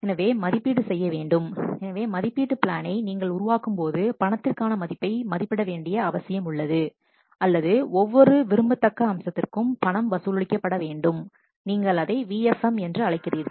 எனவே மதிப்பீடு செய்ய வேண்டும் எனவே மதிப்பீட்டு பிளானை நீங்கள் உருவாக்கும் போது பணத்திற்கான மதிப்பை மதிப்பிட வேண்டிய அவசியம் உள்ளது அல்லது ஒவ்வொரு விரும்பத்தக்க அம்சத்திற்கும் பணம் வசூலிக்கப்பட வேண்டும் நீங்கள் அதை VFM என்று அழைக்கிறீர்கள்